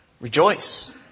rejoice